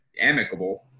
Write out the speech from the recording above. amicable